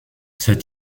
cet